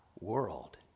world